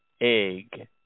egg